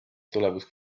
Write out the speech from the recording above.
tulemus